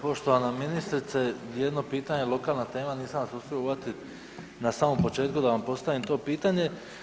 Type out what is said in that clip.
Poštovana ministrice jedno pitanje, lokalna tema nisam vas uspio uvatit na samom početku da vam postavim to pitanje.